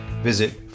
visit